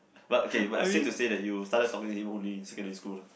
but okay but save to say that you start talked to him only in secondary school lah